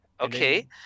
Okay